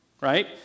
right